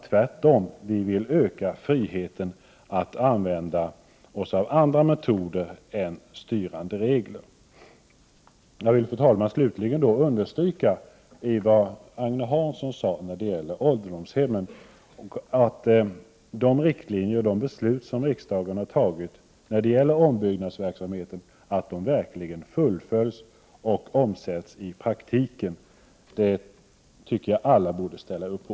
Tvärtom vill vi öka friheten att använda även andra metoder än styrande regler. Slutligen vill jag, fru talman, understryka vad Agne Hansson sade om ålderdomshemmen, att det är viktigt att riksdagens riktlinjer och de beslut som riksdagen har fattat när det gäller ombyggnadsverksamheten verkligen fullföljs och omsätts i praktiken. Det tycker jag att alla borde ställa upp på.